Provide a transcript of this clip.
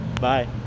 Bye